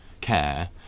care